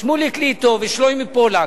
שמוליק ליטוב ושלמה פולק.